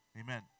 Amen